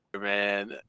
man